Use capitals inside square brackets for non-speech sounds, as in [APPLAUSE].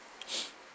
[NOISE]